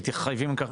מתחייבים לכך.